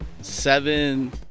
seven